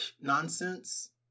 nonsense